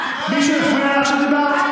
מישהו הפריע לך כשדיברת?